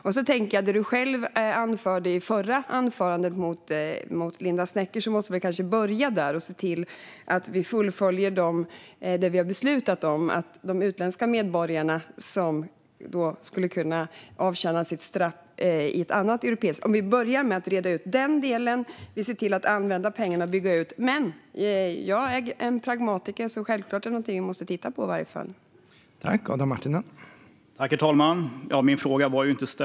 Jag tänker också på det du själv anförde i replikskiftet med Linda Westerlund Snecker. Vi måste kanske börja med att fullfölja det vi beslutat om de utländska medborgare som skulle kunna avtjäna sitt straff i ett annat europeiskt land. Vi kan börja med att reda ut den delen och använda de pengarna till att bygga ut. Men jag är pragmatiker. Självklart är detta förslag någonting vi måste åtminstone titta på.